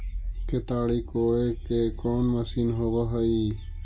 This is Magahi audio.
केताड़ी कोड़े के कोन मशीन होब हइ?